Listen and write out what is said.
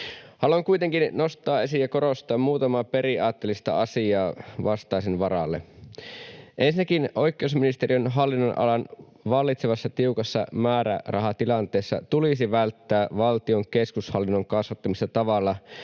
Haluan kuitenkin nostaa esiin ja korostaa muutamaa periaatteellista asiaa vastaisen varalle. Ensinnäkin oikeusministeriön hallinnonalan vallitsevassa tiukassa määrärahatilanteessa tulisi välttää valtion keskushallinnon kasvattamista tavalla,